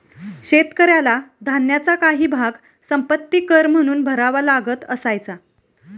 शेतकऱ्याला धान्याचा काही भाग संपत्ति कर म्हणून भरावा लागत असायचा